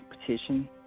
petition